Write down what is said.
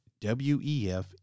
WEF